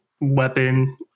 weapon